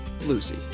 Lucy